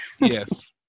Yes